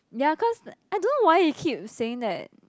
ya cause I don't know why he keep saying that